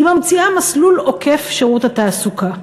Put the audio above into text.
היא ממציאה מסלול עוקף שירות התעסוקה.